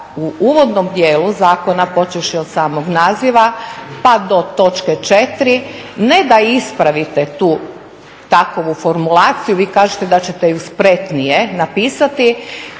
u uvodnom dijelu zakona počevši od samog naziva, pa do točke 4. ne da ispravite tu takovu formulaciju. Vi kažete da ćete je spretnije napisati.